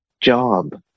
job